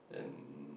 and